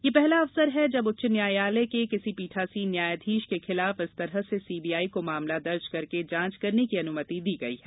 यह पहला अवसर है जब उच्च न्यायालय के किसी पीठार्सीन न्यायाधीश के खिलाफ इस तरह से सीबीआई को मामला दर्ज करके जांच करने की अनुमति दी गयी है